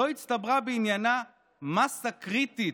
לא הצטברה בעניינה 'מאסה קריטית'